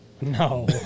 No